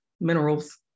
minerals